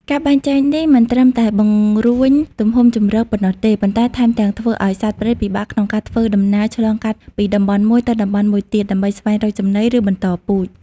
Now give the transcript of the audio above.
ការបែងចែកនេះមិនត្រឹមតែបង្រួញទំហំជម្រកប៉ុណ្ណោះទេ ប៉ុន្តែថែមទាំងធ្វើឲ្យសត្វព្រៃពិបាកក្នុងការធ្វើដំណើរឆ្លងកាត់ពីតំបន់មួយទៅតំបន់មួយទៀត ដើម្បីស្វែងរកចំណី ឬបន្តពូជ។